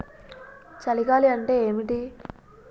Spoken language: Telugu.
చలి గాలి అంటే ఏమిటి?